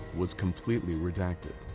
was completely redacted.